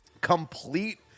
complete